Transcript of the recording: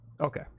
Okay